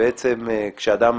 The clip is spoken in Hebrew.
שכאשר אדם